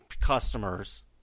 customers